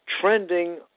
trending